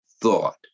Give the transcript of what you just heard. thought